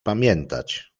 pamiętać